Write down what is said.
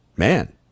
Man